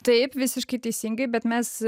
taip visiškai teisingai bet mes